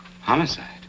Homicide